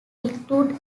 include